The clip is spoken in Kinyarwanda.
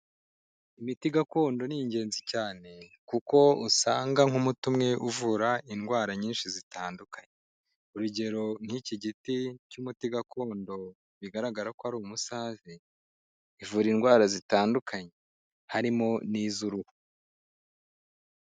Imiti gakondo ni ingenzi cyane kuko usanga nk'umuti umwe uvura indwara nyinshi zitandukanye, urugero nk'iki giti cy'umuti gakondo bigaragara ko ari umusaze, ivura indwara zitandukanye harimo n'iz'uruhu.